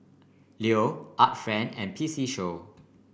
Leo Art Friend and P C Show